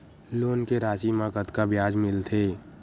Loan के राशि मा कतका ब्याज मिलथे?